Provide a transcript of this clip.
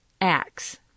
acts